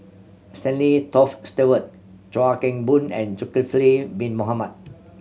Stanley Toft Stewart Chuan Keng Boon and Zulkifli Bin Mohamed